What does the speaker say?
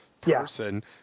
person